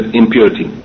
impurity